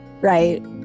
right